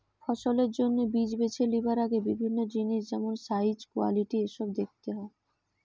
ফসলের জন্যে বীজ বেছে লিবার আগে বিভিন্ন জিনিস যেমন সাইজ, কোয়ালিটি এসোব দেখতে হয়